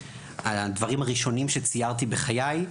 על הדברים הראשונים שציירתי בחיי,